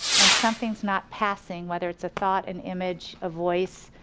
and something's not passing whether it's a thought, an image, a voice,